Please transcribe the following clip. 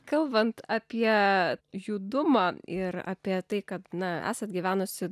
kalbant apie judumą ir apie tai kad na esat gyvenusi